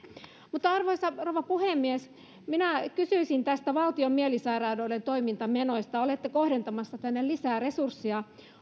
arvoisa rouva puhemies minä kysyisin näistä valtion mielisairaaloiden toimintamenoista olette kohdentamassa sinne lisää resursseja